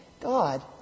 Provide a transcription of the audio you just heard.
God